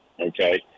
Okay